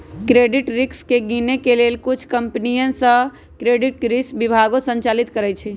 credit risk के गिनए के लेल कुछ कंपनि सऽ क्रेडिट रिस्क विभागो संचालित करइ छै